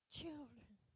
children